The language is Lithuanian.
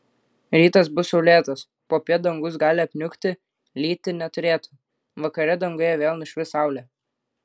rytas bus saulėtas popiet dangus gali apniukti lyti neturėtų vakare danguje vėl nušvis saulė